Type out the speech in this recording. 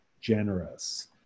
generous